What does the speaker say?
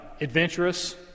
adventurous